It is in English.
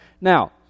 Now